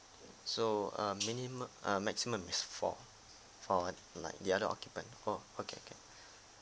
so a minimu~ a maximum is four for like the other occupants oh okay okay